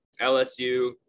LSU